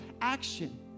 action